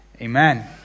amen